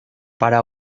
para